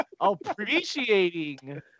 appreciating